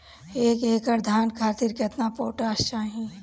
एक एकड़ धान खातिर केतना पोटाश चाही?